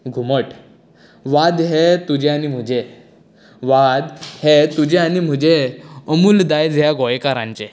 घुमट वाद्य हें तुजें आनी म्हजें वाद्य हें तुजें आनी म्हजें अमुल्य दायज हें गोंयकारांचें